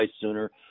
sooner